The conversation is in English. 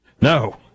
No